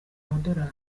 amadolari